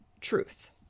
truth